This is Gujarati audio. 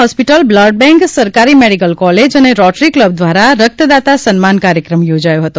હોસ્પીટલ બ્લડ બેન્ક સરકારી મેડીકલ કોલેજ અને રોટરી કલબ દ્વારા રક્તદાતા સન્માન કાર્યક્રમ યોજાયો હતો